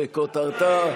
שכותרתה: